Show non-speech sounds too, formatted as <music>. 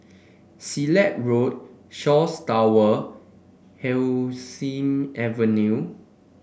Silat Road Shaw <unintelligible> Hemsley Avenue